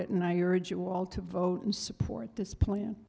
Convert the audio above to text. it and i urge you all to vote and support this plan